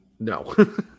No